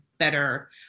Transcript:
better